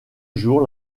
jour